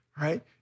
right